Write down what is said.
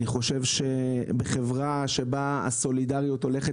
אני חושב שבחברה שבה הסולידריות הולכת